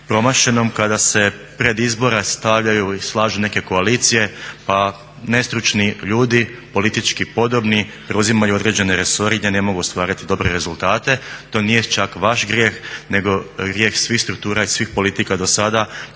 promašenom kada se pred izbora stavljaju i slažu neke koalicije pa nestručni ljudi politički podobni preuzimaju određene resore i gdje ne mogu ostvariti dobre rezultate? To nije čak vaš grijeh nego grijeh svih struktura i svih politika do sada